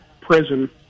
prison